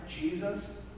Jesus